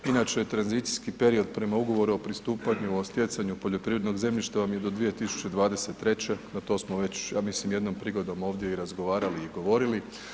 Inače tranzicijski period prema ugovoru o pristupanju o stjecanju poljoprivrednog zemljišta vam je do 2023., a to smo već ja mislim jednom prigodom ovdje i razgovarali i govorili.